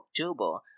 October